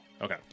Okay